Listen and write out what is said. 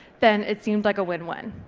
then it seems like a win-win.